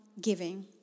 giving